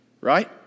right